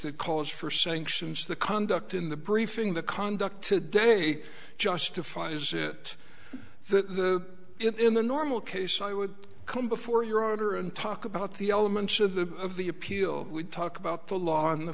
that calls for sanctions the conduct in the briefing the conduct today justifies it the in the normal case i would come before your honor and talk about the elements of the of the appeal we talk about the law and the